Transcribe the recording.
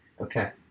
Okay